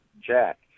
Jack